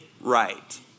right